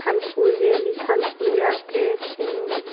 खानपुर गेली खानपुर जाके फेनु